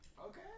Okay